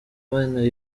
bene